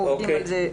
אנחנו עובדים על זה.